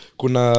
kuna